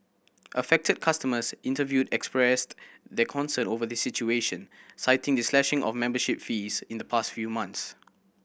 affected customers interviewed expressed their concern over the situation citing the slashing of membership fees in the past few months